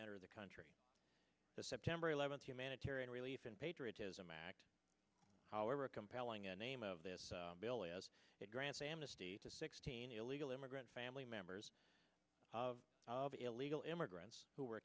enter the country the september eleventh humanitarian relief and patriotism act however compelling an aim of this bill as it grants amnesty to sixteen illegal immigrant family members of illegal immigrants who were